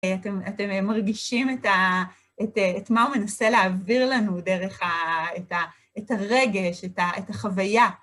אתם מרגישים את מה הוא מנסה להעביר לנו דרך את הרגש, את החוויה.